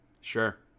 sure